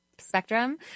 Spectrum